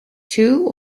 two